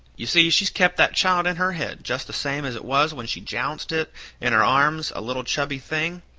you see, she's kept that child in her head just the same as it was when she jounced it in her arms a little chubby thing.